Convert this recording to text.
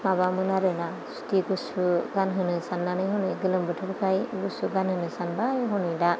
माबामोन आरोना सुथि गुसु गानहोनो साननानै हनै गोलोम बोथोरखाय गुसु गानहोनो सानबाय हनै दा